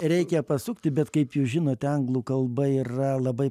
reikia pasukti bet kaip jūs žinote anglų kalba yra labai